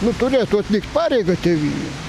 nu turėtų atlikt pareigą tėvynei